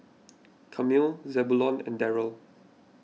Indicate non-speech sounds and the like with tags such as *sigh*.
*noise* Camille Zebulon and Darryll